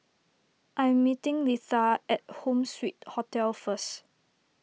I am meeting Litha at Home Suite Hotel first